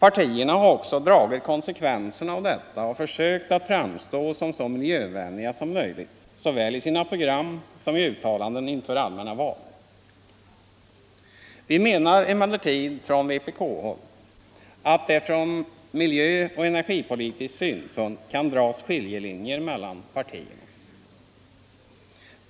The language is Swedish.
Partierna har också dragit konsekvenserna av detta och försökt att framstå som så miljövänliga som möjligt såväl i sina program som i uttalanden inför allmänna val. Vi menar emellertid från vpk-håll att det från miljöoch energipolitisk synpunkt kan dras skiljelinjer mellan partierna.